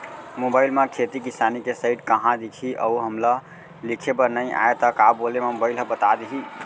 Mobile म खेती किसानी के साइट कहाँ दिखही अऊ हमला लिखेबर नई आय त का बोले म मोबाइल ह बता दिही?